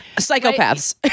psychopaths